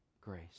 grace